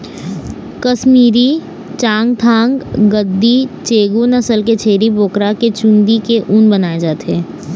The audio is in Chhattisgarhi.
कस्मीरी, चाँगथाँग, गद्दी, चेगू नसल के छेरी बोकरा के चूंदी के ऊन बनाए जाथे